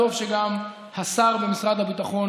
טוב שגם השר במשרד הביטחון